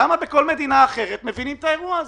למה בכל מדינה אחרת מבינים את האירוע הזה?